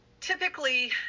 Typically